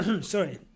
sorry